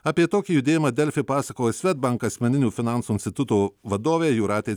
apie tokį judėjimą delfi pasakojo svedbank asmeninių finansų instituto vadovė jūratė